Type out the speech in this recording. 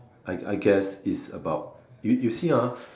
I I guess it's about you you see ah